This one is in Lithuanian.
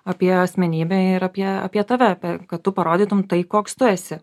apie asmenybę ir apie apie tave apie kad tu parodytum tai koks tu esi